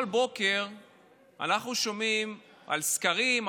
כל בוקר אנחנו שומעים על סקרים,